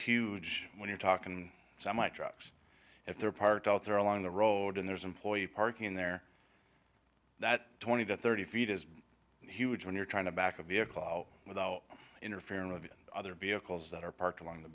huge when you're talking so my trucks if they're parked out there along the road and there's employee parking in there that twenty to thirty feet is huge when you're trying to back a vehicle without interfering with other vehicles that are parked along the